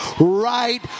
right